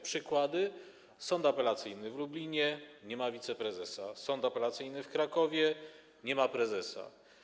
Przykłady: Sąd Apelacyjny w Lublinie nie ma wiceprezesa, Sąd Apelacyjny w Krakowie nie ma prezesa.